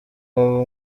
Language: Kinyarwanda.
ubu